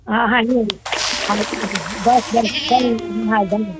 हा हले हा बस बस ज़रूरु हा डन